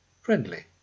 friendly